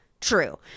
True